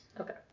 Okay